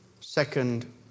second